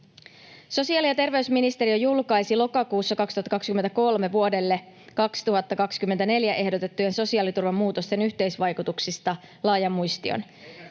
Sosiaali- ja terveysministeriö julkaisi lokakuussa 2023 vuodelle 2024 ehdotettujen sosiaaliturvan muutosten yhteisvaikutuksista laajan muistion.